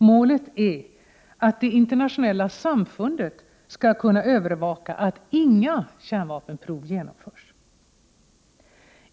Målet är att det internationella samfundet skall kunna övervaka att inga kärnvapenprov genomförs.